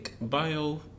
bio